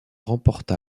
remporta